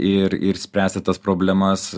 ir ir spręsti tas problemas